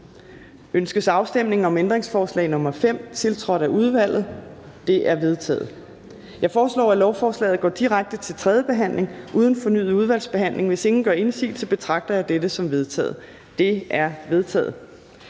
Ønskes afstemning om ændringsforslag nr. 5, tiltrådt af udvalget? Det er vedtaget. Jeg foreslår, at lovforslaget går direkte til tredje behandling uden fornyet udvalgsbehandling. Hvis ingen gør indsigelse, betragter jeg dette som vedtaget. Det er vedtaget.